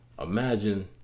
imagine